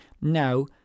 now